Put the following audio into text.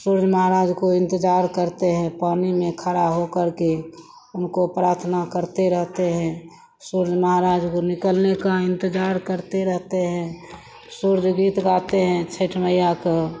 सूर्य महाराज का इन्तज़ार करते हैं पानी में खड़ा हो करके उनको प्रार्थना करते रहते हैं सूर्य महाराज के निकलने का इन्तज़ार करते रहते हैं सूर्य गीत गाते हैं छठ मैया को